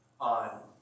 on